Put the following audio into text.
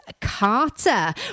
Carter